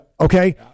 Okay